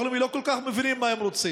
לאומי לא כל כך מבינים מה הם רוצים,